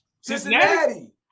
Cincinnati